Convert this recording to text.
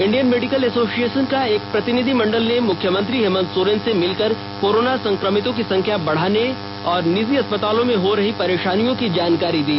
Indian Medical Association का एक प्रतिनिधिमंडल ने मुख्यमंत्री हेमंत सोरेन से मिलकर कोरोना संकमितों की संख्या बढ़ने और निजी अस्पतालों में हो रही परे ाानियों की जानकारी दी